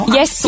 Yes